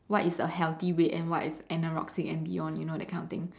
what is a healthy weight and what is anorexic and beyond you know that kind of thing